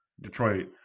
Detroit